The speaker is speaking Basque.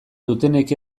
dutenek